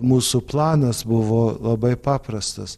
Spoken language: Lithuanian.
mūsų planas buvo labai paprastas